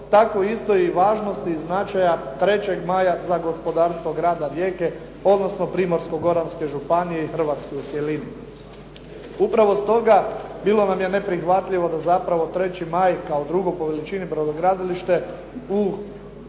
tako isto i važnost i značaja "3. maja" za gospodarstvo Grada Rijeke, odnosno Primorsko-goranske županije i Hrvatske u cjelini. Upravo stoga bilo nam je neprihvatljivo da zapravo "3. maj" kao drugo po veličini brodogradilište, dolazi